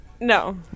No